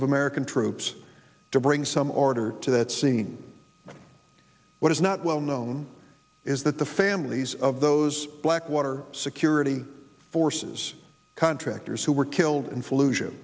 of american troops to bring some order to that scene what is not well known is that the families of those blackwater security forces contractors who were killed and fl